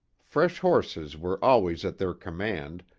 fresh horses were always at their command,